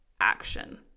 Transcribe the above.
action